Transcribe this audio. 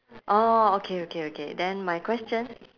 orh okay okay okay then my question